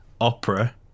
Opera